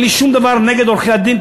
אין לי שום דבר נגד עורכי-הדין,